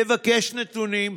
לבקש נתונים,